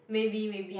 maybe maybe